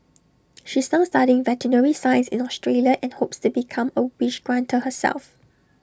she is now studying veterinary science in Australia and hopes to become A wish granter herself